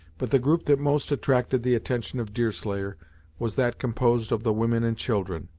but the group that most attracted the attention of deerslayer was that composed of the women and children.